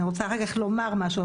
אני רוצה אחר כך לומר משהו,